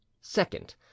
Second